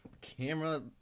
camera